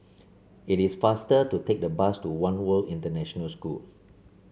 it is faster to take the bus to One World International School